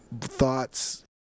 thoughts